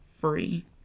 free